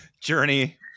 journey